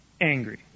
angry